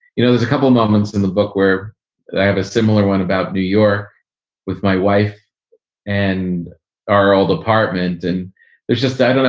you know, there's a couple of moments in the book where i have a similar one about new york with my wife and our old apartment. and there's just i don't know,